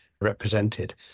represented